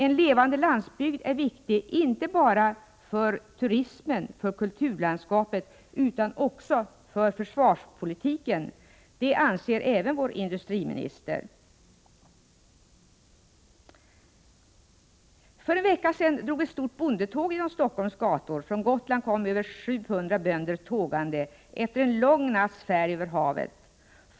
En levande landsbygd är viktig inte bara för turism och kulturlandskap utan också för försvarspolitiken — det anser även vår industriminister. För en vecka sedan drog ett stort bondetåg genom Stockholms gator. Från Gotland kom över 700 bönder tågande, efter en lång natts färd över havet.